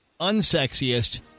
unsexiest